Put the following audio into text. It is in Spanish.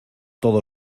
todo